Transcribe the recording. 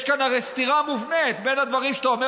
יש הרי סתירה מובנית בין הדברים שאתה אומר